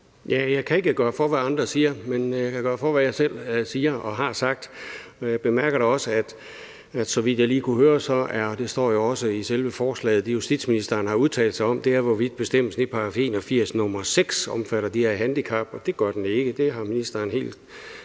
Jeg kan ikke gøre for, hvad andre siger, men jeg kan gøre for, hvad jeg selv siger og har sagt. Jeg bemærker da også, at så vidt jeg lige kunne høre – og det står jo også i selve forslaget – er det, justitsministeren har udtalt sig om, hvorvidt bestemmelsen i § 81, nr. 6, omfatter de her handicap, og det gør den ikke – det har ministeren helt